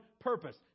purpose